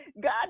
God